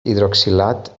hidroxilat